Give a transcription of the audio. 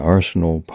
Arsenal